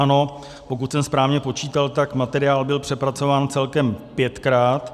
Ano, pokud jsem správně počítal, tak materiál byl přepracován celkem pětkrát.